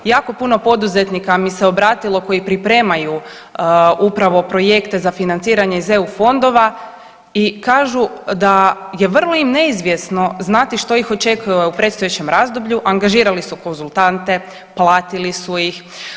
Jako puno poduzetnika mi se obratilo koji pripremaju upravo projekte za financiranje iz EU fondova i kažu da je vrlo neizvjesno znati što ih očekuje u predstojećem razdoblju, angažirali su konzultante, platili su ih.